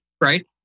right